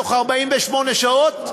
תוך 48 שעות,